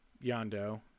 Yondo